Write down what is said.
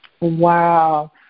Wow